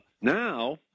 Now